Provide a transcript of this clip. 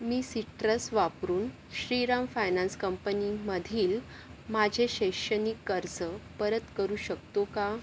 मी Citrus वापरून Shriram Finance कंपनीमधील माझे शैक्षणिक कर्ज परत करू शकतो का